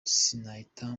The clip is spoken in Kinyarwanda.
sinahita